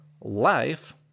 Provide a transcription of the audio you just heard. life